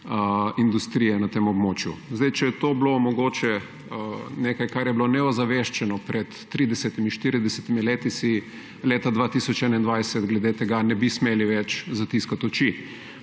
industrije na tem območju. Če je to bilo mogoče nekaj, kar je bilo neozaveščeno pred 30, 40 leti, si leta 2021 glede tega ne bi smeli več zatiskati oči.